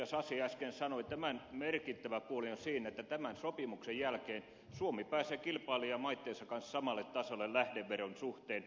sasi äsken sanoi tämän merkittävä puoli on siinä että tämän sopimuksen jälkeen suomi pääsee kilpailijamaittensa kanssa samalle tasolle lähdeveron suhteen